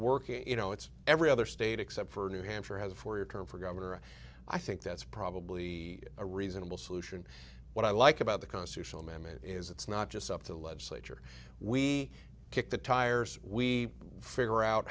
working you know it's every other state except for new hampshire has a four year term for governor and i think that's probably a reasonable solution what i like about the constitutional amendment is it's not just up the legislature we kick the tires we figure out